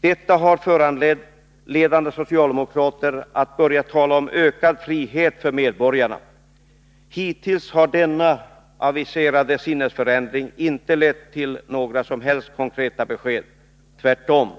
Detta har föranlett ledande socialdemokrater att börja tala om ökad frihet för medborgarna. Hittills har denna aviserade sinnesförändring inte lett till några som helst konkreta besked. Tvärtom